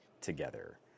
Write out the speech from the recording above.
together